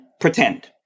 pretend